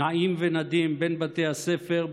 הם נעים ונדים בין בתי הספר,